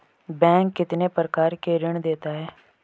Bank कितने प्रकार के ऋण देता है?